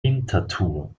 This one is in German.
winterthur